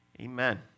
Amen